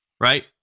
right